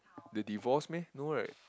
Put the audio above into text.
they divorce meh no right